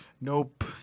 Nope